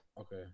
Okay